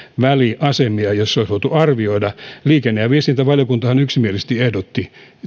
väliasemia joissa sitä olisi voitu arvioida liikenne ja viestintävaliokuntahan yksimielisesti ehdotti